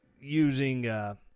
using